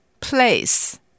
Place